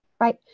Right